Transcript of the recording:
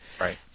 right